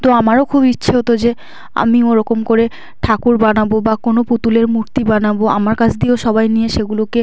তো আমারও খুব ইচ্ছে হতো যে আমি ওরকম করে ঠাকুর বানাব বা কোনো পুতুলের মূর্তি বানাব আমার কাছ দিয়েও সবাই নিয়ে সেগুলোকে